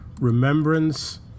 Remembrance